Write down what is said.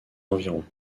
environs